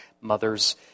mothers